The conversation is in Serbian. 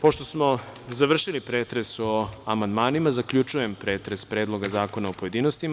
Pošto smo završili pretres o amandmanima, zaključujem pretres Predloga zakona u pojedinostima.